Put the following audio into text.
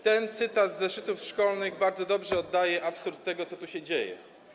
Ten cytat z zeszytów szkolnych bardzo dobrze oddaje absurd tego, co tu się dzieje.